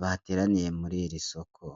bateraniye muri iri soko.